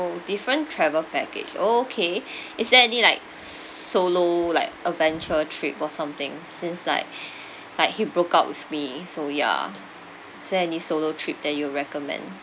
different travel package okay is there any like s~ solo like adventure trip or something since like like he broke up with me so ya is there any solo trip that you'll recommend